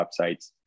websites